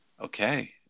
okay